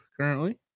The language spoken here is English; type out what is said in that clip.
currently